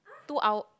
two hour